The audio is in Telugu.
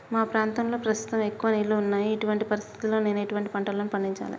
మా ప్రాంతంలో ప్రస్తుతం ఎక్కువ నీళ్లు ఉన్నాయి, ఇటువంటి పరిస్థితిలో నేను ఎటువంటి పంటలను పండించాలే?